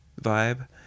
vibe